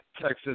Texas